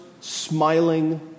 smiling